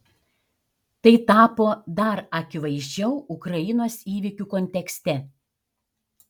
tai tapo dar akivaizdžiau ukrainos įvykių kontekste